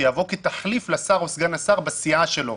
שיבוא כתחליף לשר או סגן השר בסיעה שלו.